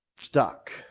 stuck